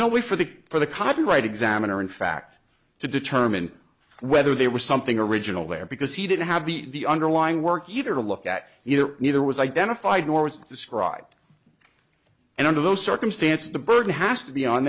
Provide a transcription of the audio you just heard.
no way for the for the copyright examiner in fact to determine whether there was something original there because he didn't have the underlying work either to look at either neither was identified nor was described and under those circumstances the burden has to be on